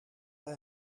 bij